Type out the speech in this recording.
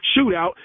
shootout